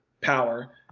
power